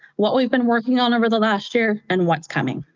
what we've been working on over the last year, and what's coming.